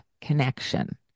connection